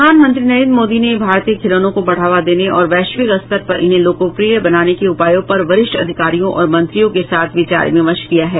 प्रधानमंत्री नरेंद्र मोदी ने भारतीय खिलौनों को बढ़ावा देने और वैश्विक स्तर पर इन्हें लोकप्रिय बनाने के उपायों पर वरिष्ठ अधिकारियों और मंत्रियों के साथ विचार विमर्श किया है